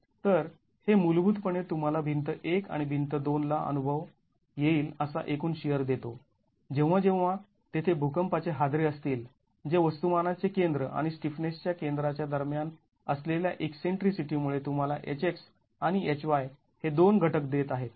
तर हे मूलभूतपणे तुम्हाला भिंत १ आणि भिंत २ ला अनुभव येईल असा एकूण शिअर देतो जेव्हा जेव्हा तेथे भूकंपाचे हादरे असतील जे वस्तुमानाचे केंद्र आणि स्टिफनेसच्या केंद्राच्या दरम्यान असलेल्या ईकसेंट्रीसिटी मुळे तुम्हाला H x आणि H y हे दोन घटक देत आहेत